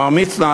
מר מצנע,